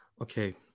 Okay